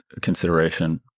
consideration